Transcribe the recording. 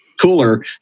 cooler